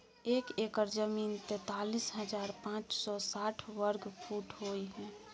एक एकड़ जमीन तैंतालीस हजार पांच सौ साठ वर्ग फुट होय हय